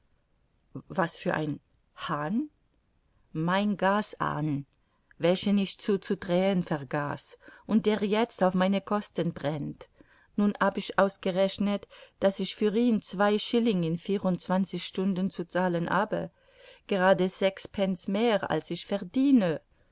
was für ein hahn mein gashahn welchen ich zuzudrehen vergaß und der jetzt auf meine kosten brennt nun hab ich ausgerechnet daß ich für ihn zwei shilling in vierundzwanzig stunden zu zahlen habe gerade sechs pence mehr als ich verdiene